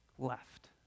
left